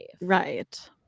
right